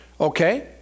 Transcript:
Okay